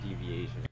deviation